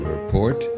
Report